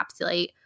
encapsulate